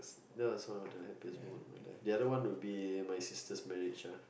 that was one of the happiest moment lah the other one would be my sister's marriage